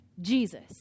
Jesus